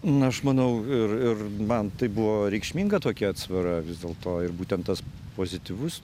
na aš manau ir ir man tai buvo reikšminga tokia atsvara vis dėlto ir būtent tas pozityvus